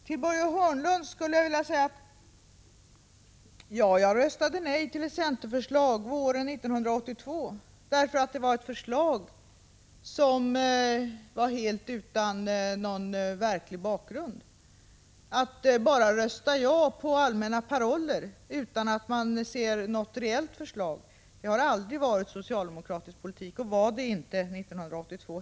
Till Börje Hörnlund skulle jag vilja säga: Ja, jag röstade nej till ett centerförslag våren 1982 därför att det var ett förslag helt utan verklig bakgrund. Att bara rösta ja till allmänna paroller utan att man ser något reellt förslag bakom har aldrig varit socialdemokratisk politik och var det inte heller 1982.